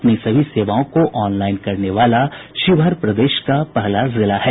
अपनी सभी सेवाओं को ऑनलाइन करने वाला शिवहर प्रदेश का पहला जिला है